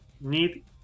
need